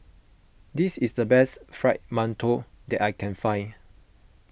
this is the best Fried Mantou that I can find